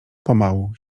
pomału